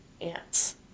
Ants